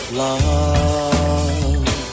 love